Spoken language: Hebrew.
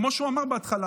כמו שהוא אמר בהתחלה,